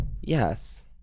Yes